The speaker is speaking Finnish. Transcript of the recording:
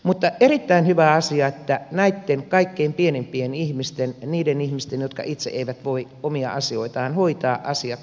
mutta on erittäin hyvä asia että näitten kaikkein pienimpien ihmisten niiden ihmisten jotka itse eivät voi omia asioitaan hoitaa asiat otetaan esille